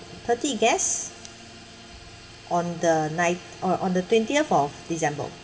thirty guests on the ninth on on the twentieth of december